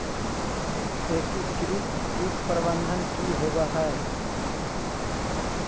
एकीकृत कीट प्रबंधन की होवय हैय?